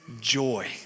joy